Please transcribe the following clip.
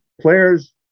Players